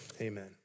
Amen